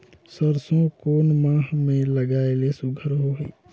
सरसो कोन माह मे लगाय ले सुघ्घर होही?